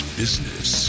business